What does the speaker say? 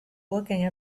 looking